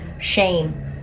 shame